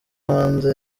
hanze